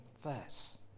first